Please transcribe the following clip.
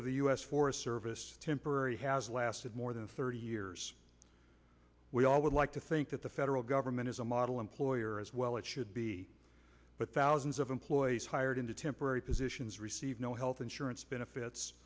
of the u s forest service temporary has lasted more than thirty years we all would like to think that the federal government is a model employer as well it should be but thousands of employees hired into temporary positions receive no health insurance benefits